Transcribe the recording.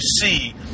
see